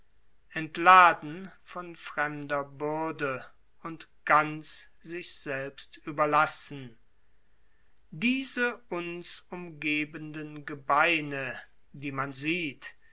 entladen von fremder bürde und ganz sich selbst überlassen diese uns umgebenden gebeine die man sieht